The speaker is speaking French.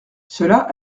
cela